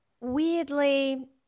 Weirdly